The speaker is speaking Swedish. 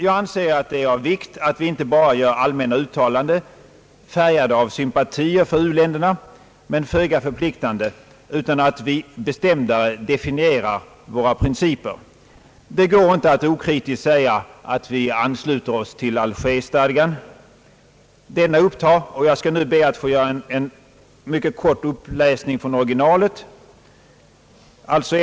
Jag anser det vara av vikt att vi inte bara gör allmänna uttalanden färgade av sympati för u-länderna men föga förpliktande, utan att vi mera bestämt definierar våra principer. Det går inte att okritiskt säga att vi ansluter oss till Algerstadgan. Jag skall här be att få göra en mindre uppräkning ur originaltexten till denna stadga.